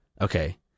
Okay